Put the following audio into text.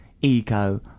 ego